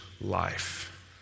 life